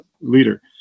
leader